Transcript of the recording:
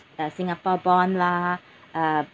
uh singapore bond lah uh